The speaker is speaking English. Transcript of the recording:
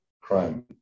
crime